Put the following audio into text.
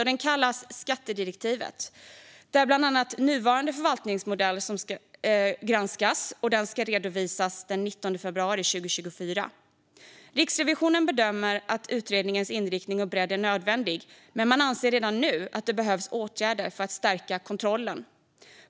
I den ska bland annat nuvarande förvaltningsmodell granskas. Utredningen ska redovisas den 19 februari 2024. Riksrevisionen bedömer att utredningens inriktning och bredd är nödvändig men anser också att det redan nu behövs åtgärder för att stärka kontrollen.